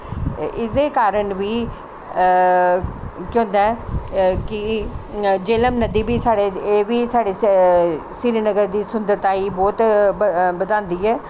एह्दे कारन बी केह् होंदा ऐ कि झेलम नदी बी साढ़े एह् बी श्रीनगर दी सुन्दरता गी बौह्त बधांदी ऐ